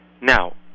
Now